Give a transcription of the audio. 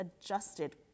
adjusted